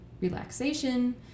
relaxation